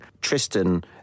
tristan